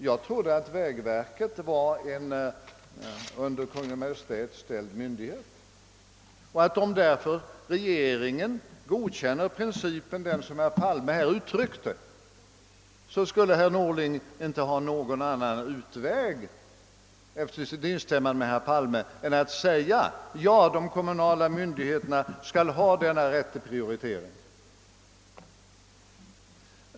Jag trodde att vägverket var en under Kungl. Maj:t ställd myndighet och att herr Norling därför efter sitt instäm mande i den princip som herr Palme uttryckte inte skulle ha någon annan utväg än att medge att de kommunala myndigheterna har denna rätt till prioritering.